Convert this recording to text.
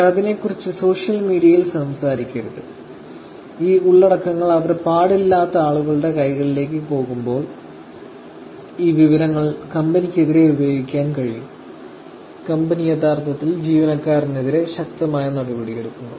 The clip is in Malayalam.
അവർ അതിനെക്കുറിച്ച് സോഷ്യൽ മീഡിയയിൽ സംസാരിക്കരുത് ഈ ഉള്ളടക്കങ്ങൾ അവർ പാടില്ലാത്ത ആളുകളുടെ കൈകളിലേക്ക് പോകുമ്പോൾ ഈ വിവരങ്ങൾ കമ്പനിക്കെതിരെ ഉപയോഗിക്കാൻ കഴിയും കമ്പനി യഥാർത്ഥത്തിൽ ജീവനക്കാരനെതിരെ ശക്തമായ നടപടിയെടുക്കുന്നു